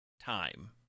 time